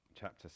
chapter